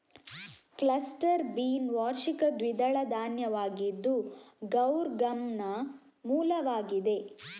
cluster bean ವಾರ್ಷಿಕ ದ್ವಿದಳ ಧಾನ್ಯವಾಗಿದ್ದು ಗೌರ್ ಗಮ್ನ ಮೂಲವಾಗಿದೆ